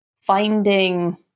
finding